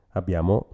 abbiamo